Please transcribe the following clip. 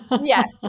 Yes